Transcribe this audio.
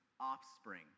offspring